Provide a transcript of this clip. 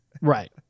Right